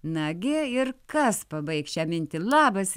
nagi ir kas pabaigs šią mintį labas